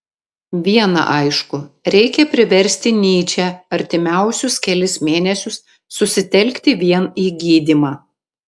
viena aišku reikia priversti nyčę artimiausius kelis mėnesius susitelkti vien į gydymą